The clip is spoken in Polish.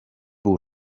był